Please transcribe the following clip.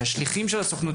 שהשליחים של הסוכנות